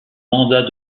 mandat